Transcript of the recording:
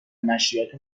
نشریات